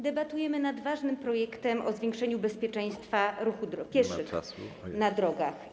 Debatujemy nad ważnym projektem o zwiększeniu bezpieczeństwa pieszych na drogach.